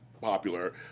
popular